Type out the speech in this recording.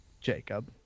Jacob